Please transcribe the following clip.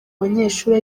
banyeshuri